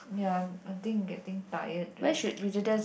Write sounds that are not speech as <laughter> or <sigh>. ya I think getting tired <noise>